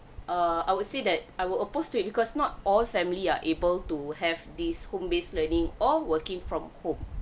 err I would say that I will opposed to it because not all family are able to have these home base learning all working from home